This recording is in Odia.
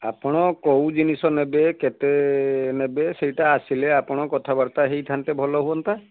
ଆପଣ କେଉଁ ଜିନିଷ ନେବେ କେତେ ନେବେ ସେଇଟା ଆସିଲେ ଆପଣ କଥାବର୍ତ୍ତା ହେଇଥାନ୍ତେ ଭଲ ହୁଅନ୍ତା